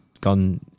gone